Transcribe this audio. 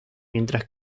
mientras